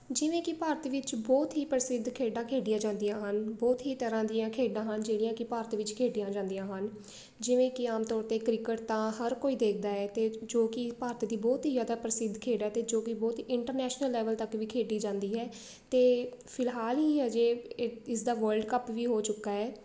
ਜਿਵੇਂ ਕਿ ਭਾਰਤ ਵਿੱਚ ਬਹੁਤ ਹੀ ਪ੍ਰਸਿੱਧ ਖੇਡਾਂ ਖੇਡੀਆਂ ਜਾਂਦੀਆਂ ਹਨ ਬਹੁਤ ਹੀ ਤਰ੍ਹਾਂ ਦੀਆਂ ਖੇਡਾਂ ਹਨ ਜਿਹੜੀਆਂ ਕਿ ਭਾਰਤ ਵਿੱਚ ਖੇਡੀਆਂ ਜਾਂਦੀਆਂ ਹਨ ਜਿਵੇਂ ਕਿ ਆਮ ਤੌਰ 'ਤੇ ਕ੍ਰਿਕਟ ਤਾਂ ਹਰ ਕੋਈ ਦੇਖਦਾ ਹੈ ਅਤੇ ਜੋ ਕਿ ਭਾਰਤ ਦੀ ਬਹੁਤ ਹੀ ਜ਼ਿਆਦਾ ਪ੍ਰਸਿੱਧ ਖੇਡ ਹੈ ਅਤੇ ਜੋ ਕਿ ਬਹੁਤ ਇੰਟਰਨੈਸ਼ਨਲ ਲੈਵਲ ਤੱਕ ਵੀ ਖੇਡੀ ਜਾਂਦੀ ਹੈ ਅਤੇ ਫਿਲਹਾਲ ਹੀ ਅਜੇ ਇ ਇਸਦਾ ਵਰਲਡ ਕੱਪ ਵੀ ਹੋ ਚੁੱਕਾ ਹੈ